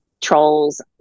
trolls